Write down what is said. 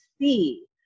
see